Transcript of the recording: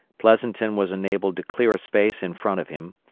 pleasonton was enabled to clear a space in front of him,